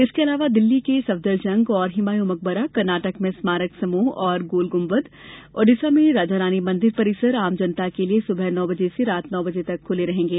इसके अलावा दिल्ली में सफदरजंग और हमांयू मकबरा कर्नाटक में स्मॉरक समूह और गोल गुम्बद ओडिसा में राजारानी मंदिर परिसर आम जनता के लिए सुबह नौ बजे से रात नौ बजे तक खुले रहेंगे